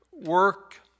work